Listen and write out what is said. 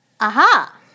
Aha